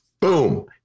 Boom